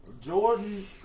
Jordan